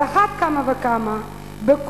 על אחת כמה וכמה בגוף,